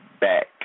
back